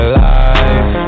life